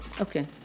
Okay